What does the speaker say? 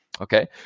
okay